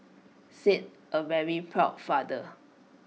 said A very proud father